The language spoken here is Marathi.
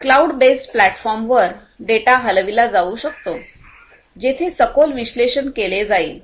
क्लाउड बेस्ड प्लॅटफॉर्मवर डेटा हलविला जाऊ शकतो जेथे सखोल विश्लेषण केले जाईल